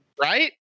Right